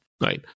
right